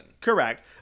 Correct